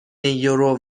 یورو